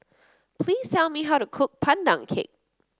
please tell me how to cook Pandan Cake